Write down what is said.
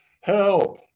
Help